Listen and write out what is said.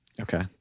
Okay